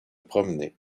promener